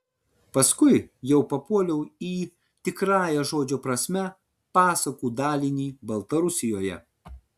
paskui jau papuoliau į tikrąja žodžio prasme pasakų dalinį baltarusijoje